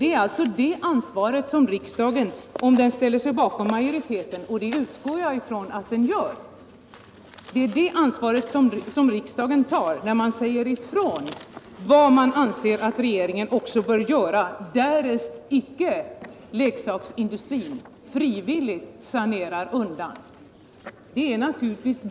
Det är det ansvaret som riksdagen tar om den ställer sig bakom utskottsmajoritetens förslag — och det utgår jag ifrån att den gör — och säger ifrån vad regeringen bör göra därest leksaksindustrin icke frivilligt sanerar undan krigsleksakerna.